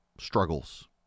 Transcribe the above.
Struggles